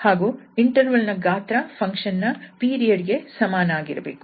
ಹಾಗೂ ಇಂಟರ್ವಲ್ ನ ಗಾತ್ರ ಫಂಕ್ಷನ್ ನ ಪೀರಿಯಡ್ ಗೆ ಸಮನಾಗಿರಬೇಕು